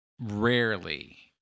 rarely